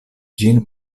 ĝin